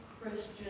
Christian